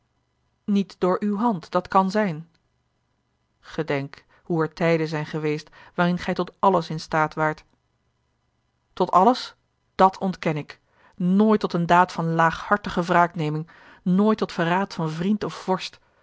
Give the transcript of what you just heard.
niet door uwe hand dat kan zijn gedenk hoe er tijden zijn geweest waarin gij tot alles in staat waart tot alles dat onken ik nooit tot eene daad van laaghartige wraakneming nooit tot verraad van vriend of vorst